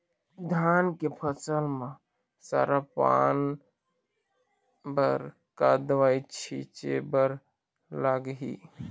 धान के फसल म सरा पान बर का दवई छीचे बर लागिही?